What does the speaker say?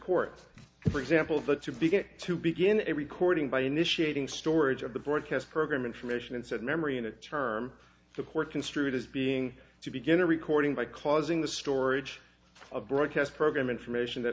court for example that to begin to begin a recording by initiating storage of the broadcast program information and said memory in a term the court construed as being to begin a recording by causing the storage of broadcast program information that